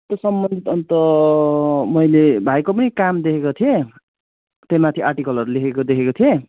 त्यो सम्बन्धित अन्त मैले भाइको पनि काम देखेको थिएँ त्यो माथि आर्टिकलहरू लेखेको देखेको थिएँ